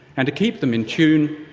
and to keep them in tune,